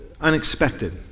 unexpected